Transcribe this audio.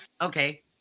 Okay